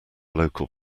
local